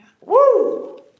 Woo